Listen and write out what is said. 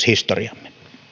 historiamme